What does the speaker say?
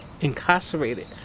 incarcerated